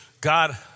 God